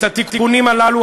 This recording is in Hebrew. את התיקונים הללו,